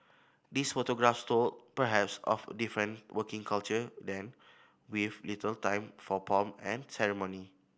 these photographs told perhaps of a different working culture then with little time for pomp and ceremony